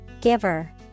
Giver